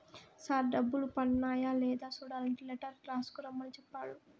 sir డబ్బులు పన్నాయ లేదా సూడలంటే లెటర్ రాసుకు రమ్మని సెప్పాడు